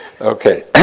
Okay